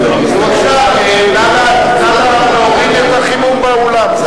בבקשה, נא להוריד את החימום באולם.